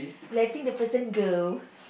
letting the person go